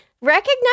recognize